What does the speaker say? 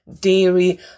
dairy